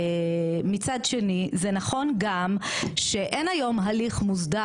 מצד שני זה נכון גם שאין היום הליך מוסדר